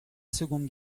seconde